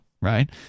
right